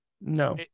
No